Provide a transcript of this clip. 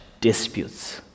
disputes